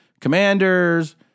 Commanders